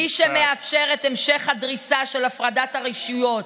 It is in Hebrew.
מי שמאפשר את המשך הדריסה של הפרדת הרשויות